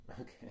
Okay